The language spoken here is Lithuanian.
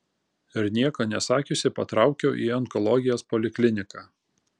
ir nieko nesakiusi patraukiau į onkologijos polikliniką